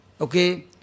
okay